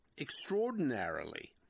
extraordinarily